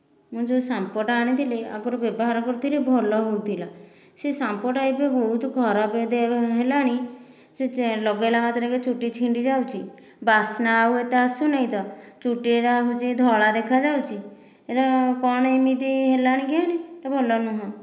ମୁଁ ଯେଉଁ ସମ୍ପୋଟା ଆଣିଥିଲି ଆଗରୁ ବ୍ୟବହାର କରିଥିଲି ଭଲ ହେଉଥିଲା ସେ ସମ୍ପୋଟା ଏବେ ବହୁତ ଖରାପ ହେଲାଣି ସେ ଲଗେଇଲା ମାତ୍ରକେ ଚୁଟି ଛିଣ୍ଡି ଯାଉଛି ବାସନା ଆଉ ଏତେ ଆସୁନାହିଁ ତ ଚୁଟିଟା ହେଉଛି ଧଳା ଦେଖାଯାଉଛି ଏଇଟା କ'ଣ ଏମିତି ହେଲାଣି କେଜାଣି ଭଲ ନୁହଁ